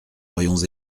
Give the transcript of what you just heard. aurions